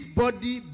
body